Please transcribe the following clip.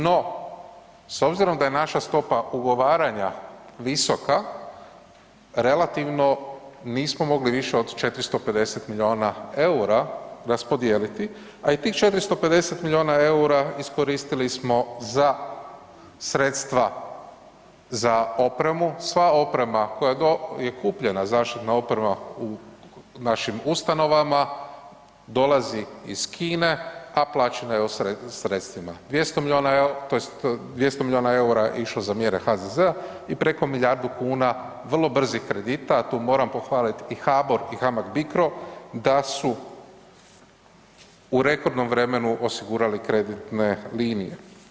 No, s obzirom da je naša stopa ugovaranja visoka, relativno nismo mogli više od 450 milijuna EUR-a raspodijeliti, a i tih 450 milijuna EUR-a iskoristili smo za sredstva za opremu, sva oprema koja je kupljena, zaštitna oprema u našim ustanovama, dolazi iz Kine, a plaćena je sredstvima 200 milijuna EUR-a tj. 200 milijuna EUR-a je išlo za mjere HZZ-a i preko milijardu kuna vrlo brzih kredita, a tu moram pohvalit i HBOR i HAMAB Bicro da su u rekordnom vremenu osigurali kreditne linije.